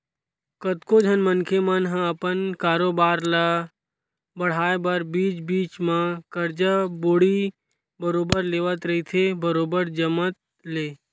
कतको झन मनखे मन ह अपन कारोबार ल बड़हाय बर बीच बीच म करजा बोड़ी बरोबर लेवत रहिथे बरोबर जमत ले